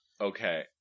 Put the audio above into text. Okay